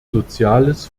soziales